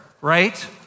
right